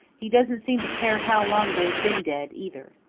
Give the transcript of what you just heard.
he doesn't seem to care how long they have been dead either.